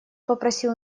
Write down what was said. попросил